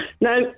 No